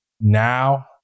now